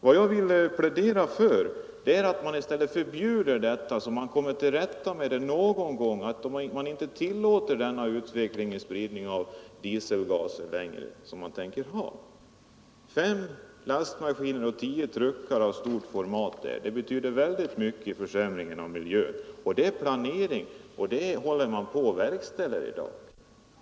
Vad jag vill plädera för är att man förbjuder spridning av diselgaser i fortsättningen. 5 lastvagnar och 10 truckar av stort format bidrar väldigt mycket till försämringen av miljön. Det är emellertid planerat och planerna håller på att verkställas i dag.